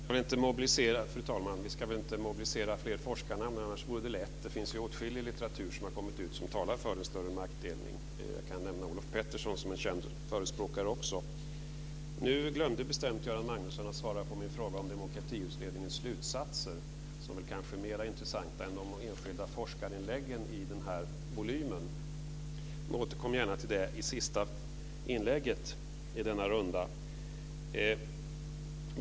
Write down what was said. Fru talman! Vi ska väl inte mobilisera fler forskarnamn. Annars vore det lätt, det finns åtskillig litteratur som har utgivits och som talar för en större maktdelning. Jag kan nämna Olof Pettersson som också är en känd förespråkare. Nu glömde bestämt Göran Magnusson att svara på min fråga om Demokratiutredningens slutsatser som kanske är mer intressanta än de enskilda forskarinläggen i den här volymen. Men återkom gärna till detta i det sista inlägget i denna runda, Göran Magnusson.